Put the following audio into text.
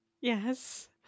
Yes